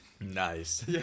Nice